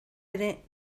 ere